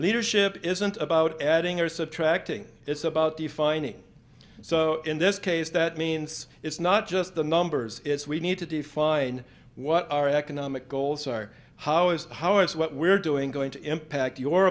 leadership isn't about adding or subtracting it's about defining so in this case that means it's not just the numbers it's we need to define what our economic goals are how is how is what we're doing going to impact your